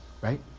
Right